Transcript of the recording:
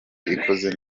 ikoze